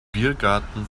biergarten